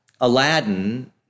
Aladdin